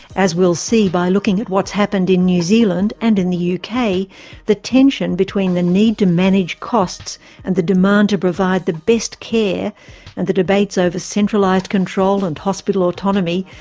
as we'll see by looking at what's happened in new zealand and in the yeah uk, the tension between the need to manage costs and the demand to provide the best care and the debates over centralised control and hospital autonomy,